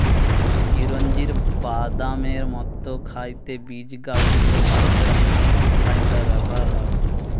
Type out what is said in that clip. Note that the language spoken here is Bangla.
চিরোঞ্জির বাদামের মতো খাইতে বীজ গা উত্তরভারতে রান্নার মসলা হিসাবে ব্যভার হয়